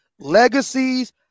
legacies